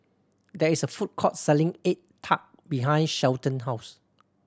there is a food court selling egg tart behind Shelton house